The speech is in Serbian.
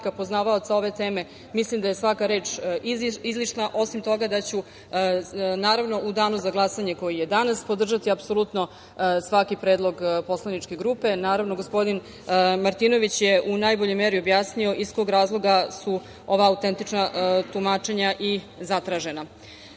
poznavaoca ove teme mislim da je svaka reč izlišna, osim toga da ću naravno u dana za glasanje, koji je danas, podržati apsolutno svaki predlog poslaničke grupe. Naravno, gospodin Martinović je u najboljoj meri objasnio iz kog razloga su ova autentična tumačenja i zatražena. Što